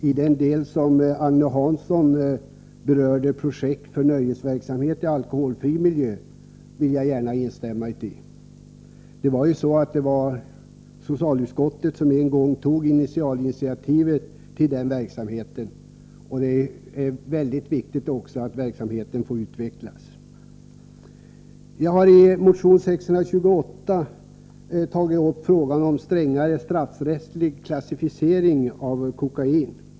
Herr talman! Jag vill gärna instämma i de synpunkter som Agne Hansson framförde i den del av anförandet som berörde projektet Nöjesverksamhet i alkoholfri miljö. Det var socialutskottet som en gång tog det första initiativet till det projektet. Det är mycket viktigt att verksamheten får utvecklas. Jag har i motion 628 tagit upp frågan om en strängare straffrättslig klassificering av kokain.